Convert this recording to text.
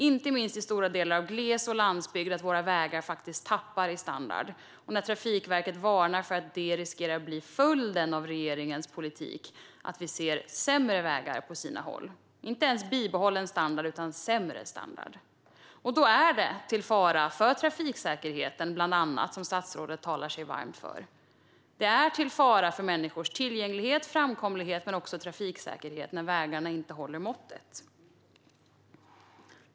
Inte minst i stora delar av glesbygd och landsbygd tappar våra vägar i standard. Trafikverket varnar för att följden av regeringens politik riskerar att bli sämre vägar på sina håll - inte ens bibehållen standard, utan sämre standard. Detta är till fara för bland annat trafiksäkerheten, som statsrådet talar sig varm för. Det är till fara för människors tillgänglighet och framkomlighet men också för trafiksäkerheten när vägarna inte håller måttet.